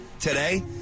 today